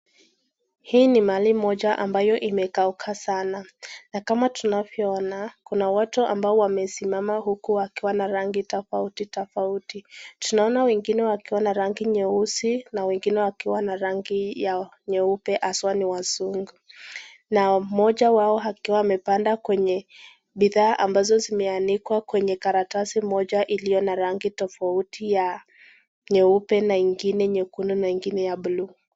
Hii ni mali moja ambayo imekauka sana. Na kama tunavyoona, kuna watu ambao wamesimama huku wakiwa na rangi tofauti tofauti. Tunaona wengine wakiwa na rangi nyeusi na wengine wakiwa na rangi yao nyeupe haswa ni wazungu. Na moja wao akiwaamepanda kwenye bidhaa ambazo zimeanikwa kwenye karatasi moja iliyo na rangi tofauti ya nyeupe na ingine nyekundu na ingine ya buluu.